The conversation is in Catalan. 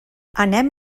anem